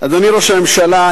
אדוני ראש הממשלה,